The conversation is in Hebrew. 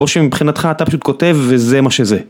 או שמבחינתך אתה פשוט כותב וזה מה שזה